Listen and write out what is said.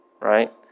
right